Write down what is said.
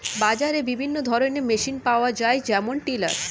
বাজারে বিভিন্ন ধরনের মেশিন পাওয়া যায় যেমন টিলার